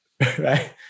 Right